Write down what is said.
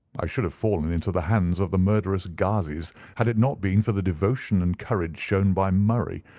i should have fallen into the hands of the murderous ghazis had it not been for the devotion and courage shown by murray,